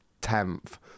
tenth